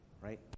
Right